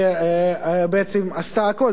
שבעצם עשתה הכול,